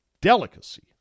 delicacy